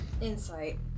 Insight